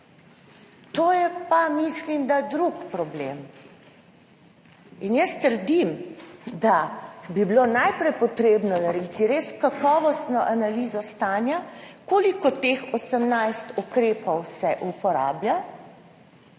To pa mislim, da je drug problem in jaz trdim, da bi bilo najprej potrebno narediti res kakovostno analizo stanja. Koliko od teh 18 ukrepov se uporablja,